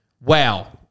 wow